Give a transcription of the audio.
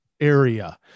area